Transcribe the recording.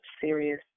serious